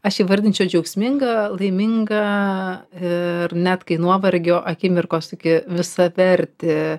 aš įvardinčiau džiaugsmingą laimingą ir net kai nuovargio akimirkos tokį visavertį